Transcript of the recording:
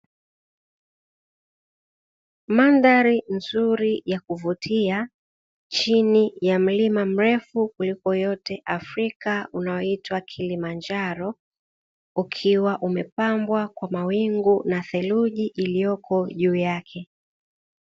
Mandhari nzuri ya kuvutia chini ya mrefu kuliko yote Afrika unaoitwa kilimanjaro, ukiwa umepambwa kwa mawingu na theruji iliyoko juu yake.